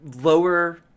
lower